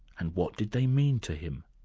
and what did they mean to him?